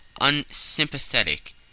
unsympathetic